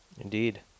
Indeed